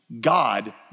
God